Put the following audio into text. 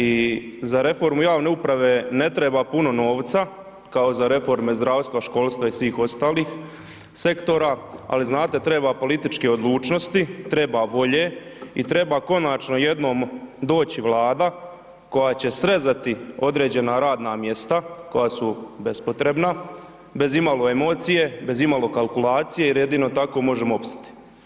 I za reformu javne uprave ne treba puno novca, kao za reforme zdravstva, školstva i svih ostalih sektora, ali znate treba političke odlučnosti, treba volje i treba konačno jednom doći Vlada koja će srezati određena radna mjesta koja su bespotrebna, bez imalo emocije, bez imalo kalkulacije jer jedino tako možemo opstati.